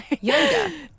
yoga